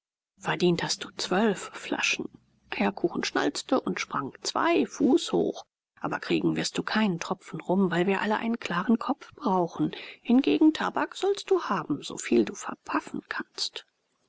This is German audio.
verdient hast du zwölf flaschen eierkuchen schnalzte und sprang zwei fuß hoch aber kriegen wirst du keinen tropfen rum weil wir alle einen klaren kopf brauchen hingegen tabak sollst du haben so viel du verpaffen kannst